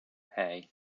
hey